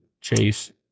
Chase